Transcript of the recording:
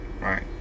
right